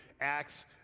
Acts